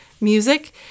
music